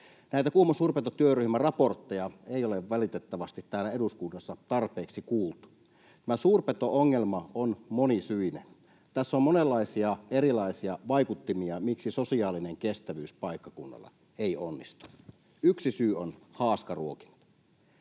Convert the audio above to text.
Näitä Kuhmon suurpetotyöryhmän raportteja ei ole valitettavasti täällä eduskunnassa tarpeeksi kuultu. Tämä suurpeto-ongelma on monisyinen. Tässä on monenlaisia erilaisia vaikuttimia, miksi sosiaalinen kestävyys paikkakunnalla ei onnistu. Yksi syy on haaskaruokinta.